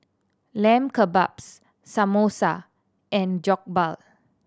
Lamb Kebabs Samosa and Jokbal